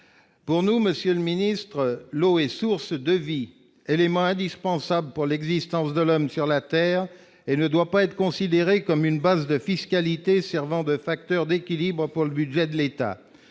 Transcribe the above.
pour nous, Monsieur le Ministre, l'eau est source de vie, élément indispensable pour l'existence de l'homme sur la Terre, elle ne doit pas être considéré comme une base de fiscalité servant de facteur d'équilibre pour le budget de l'État,